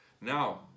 Now